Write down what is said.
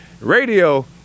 Radio